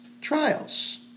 trials